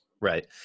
Right